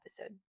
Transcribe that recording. episode